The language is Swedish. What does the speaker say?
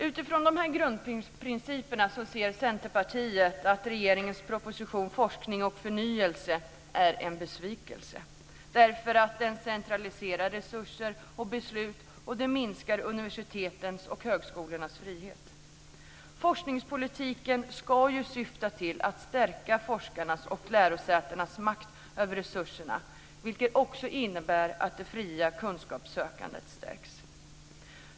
Utifrån dessa grundprinciper anser Centerpartiet att regeringens proposition Forskning och förnyelse är en besvikelse - den centraliserar resurser och beslut och minskar universitetens och högskolornas frihet. Men forskningspolitiken ska ju syfta till att stärka forskarnas och lärosätenas makt över resurserna, vilket också innebär att det fria kunskapssökandet stärks.